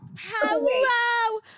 Hello